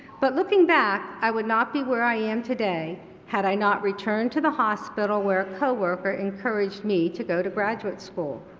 but looking back i would not be where i am today had i not returned to the hospital where a co-worker encouraged me to go to graduate school.